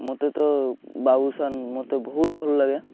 ମୋତେ ତ ବାବୁଶାନ ମୋତେ ବହୁତ ଭଲ ଲାଗେ